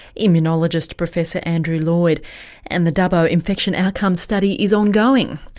immunologist professor andrew lloyd and the dubbo infection outcomes study is ongoing.